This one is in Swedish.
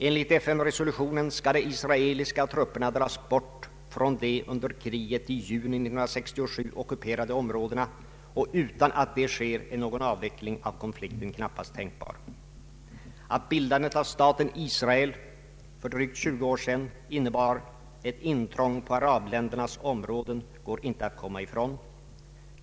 Enligt FN-resolutionen skall de israeliska trupperna dras bort från de under kriget i juni 1967 ockuperade områdena, och utan att det sker är någon avveckling av konflikten knappast tänkbar. Att bildandet av siaten Israel för drygt 20 år sedan innebar ett intrång på arabländernas områden går inte att komma ifrån.